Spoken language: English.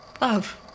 love